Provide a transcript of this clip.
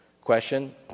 question